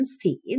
SEEDS